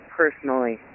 personally